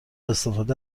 استفاده